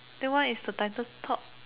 that one is the title called